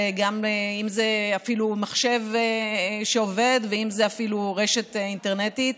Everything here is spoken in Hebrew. גם אם זה אפילו מחשב שעובד ואם זה אפילו רשת אינטרנטית,